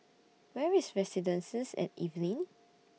Where IS Residences At Evelyn